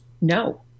No